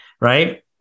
Right